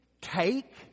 take